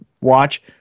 watch